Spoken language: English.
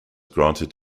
granted